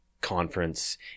conference